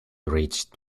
reached